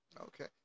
Okay